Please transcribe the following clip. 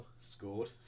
scored